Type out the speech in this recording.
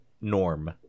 norm